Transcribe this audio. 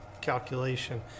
calculation